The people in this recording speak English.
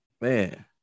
Man